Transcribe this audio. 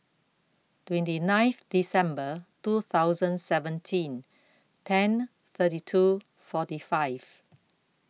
twenty ninth December two thousand seventeen ten thirty two forty five